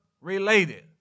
related